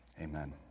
Amen